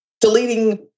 deleting